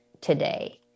today